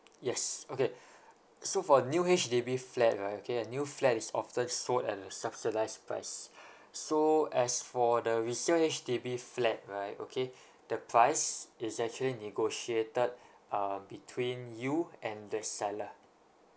yes okay so for new H_D_B flat right okay a new flat is often sold at a subsidised price so as for the resale H_D_B flat right okay the price is actually negotiated um between you and the seller